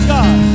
God